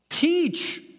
teach